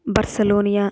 Barcelona